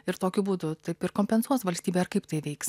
ir tokiu būdu taip ir kompensuos valstybė ar kaip tai veiks